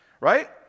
right